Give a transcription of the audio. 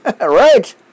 Right